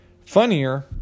Funnier